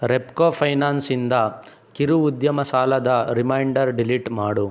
ರೆಪ್ಕೋ ಫೈನಾನ್ಸಿಂದ ಕಿರು ಉದ್ಯಮ ಸಾಲದ ರಿಮೈಂಡರ್ ಡಿಲಿಟ್ ಮಾಡು